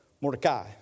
Mordecai